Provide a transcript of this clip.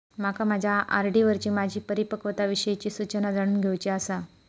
माका माझ्या आर.डी वरची माझी परिपक्वता विषयची सूचना जाणून घेवुची आसा